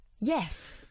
Yes